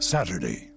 Saturday